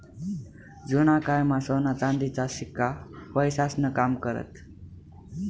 जुना कायमा सोना चांदीचा शिक्का पैसास्नं काम करेत